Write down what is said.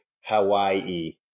Hawaii